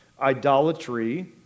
idolatry